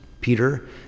Peter